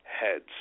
heads